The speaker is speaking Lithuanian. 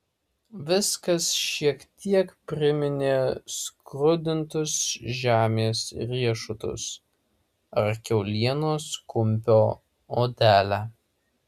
viskas šiek tiek priminė skrudintus žemės riešutus ar kiaulienos kumpio odelę